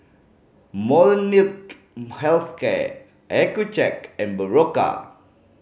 Molnylcke Health Care Accucheck and Berocca